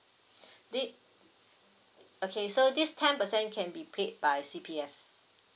thi~ okay so this ten percent can be paid by C_P_F